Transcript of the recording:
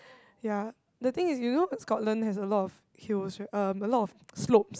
ya the thing is you know Scotland has a lot of hills right um a lot of slopes